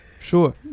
Sure